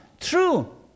true